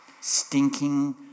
Stinking